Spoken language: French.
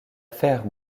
faire